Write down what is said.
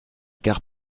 car